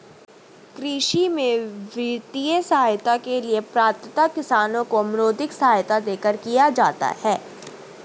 कृषि में वित्तीय सहायता के लिए पात्रता किसानों को मौद्रिक सहायता देकर किया जाता है